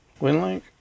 Winlink